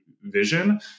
vision